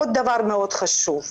עוד דבר מאוד חשוב,